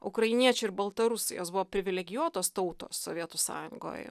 ukrainiečių ir baltarusijos buvo privilegijuotos tautos sovietų sąjungoj